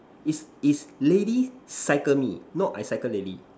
is is lady cycle me not I cycle lady